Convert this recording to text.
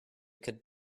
could